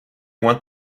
want